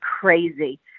crazy